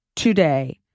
today